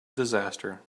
disaster